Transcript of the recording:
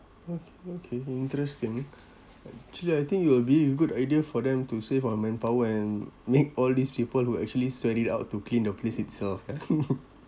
okay okay interesting actually I think it will be a good idea for them to save on manpower and make all these people who actually sweat it out to clean the place itself